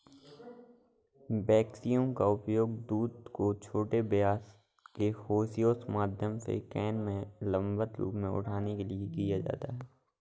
vacuum का उपयोग दूध को छोटे व्यास के होसेस के माध्यम से कैन में लंबवत रूप से उठाने के लिए किया जाता है